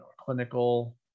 clinical